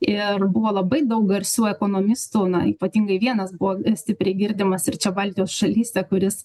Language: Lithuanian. ir buvo labai daug garsių ekonomistų na ypatingai vienas buvo stipriai girdimas ir čia baltijos šalyse kuris